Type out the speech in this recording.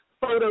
photo